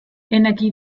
energie